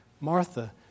Martha